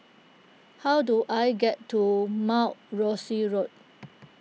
how do I get to Mount Rosie Road